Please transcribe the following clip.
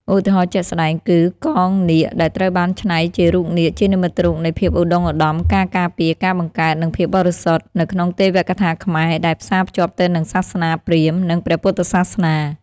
ឧទាហរណ៍ជាក់ស្តែងគឺ កងនាគ ដែលត្រូវបានច្នៃជារូបនាគជានិមិត្តរូបនៃ ភាពឧត្តុង្គឧត្តម ការការពារ ការបង្កើត និងភាពបរិសុទ្ធ នៅក្នុងទេវកថាខ្មែរ ដែលផ្សារភ្ជាប់ទៅនឹងសាសនាព្រាហ្មណ៍ និងព្រះពុទ្ធសាសនា។